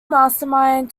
mastermind